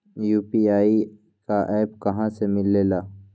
UPI का app कहा से मिलेला?